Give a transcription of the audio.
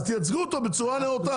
אז תייצגו אותו בצורה נאותה,